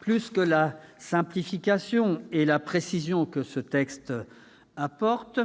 plus que la simplification et la précision que ce texte apporte,